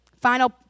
final